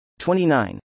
29